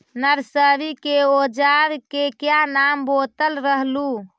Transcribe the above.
Nursery के ओजार के क्या नाम बोलत रहलू?